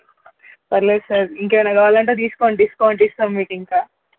పర్లేదు సార్ ఇంకా ఏమైన కావాలంటే తీసుకోండి డిస్కౌంట్ ఇస్తాం మీకు ఇంకా